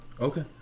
Okay